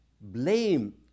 blame